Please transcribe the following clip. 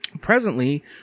Presently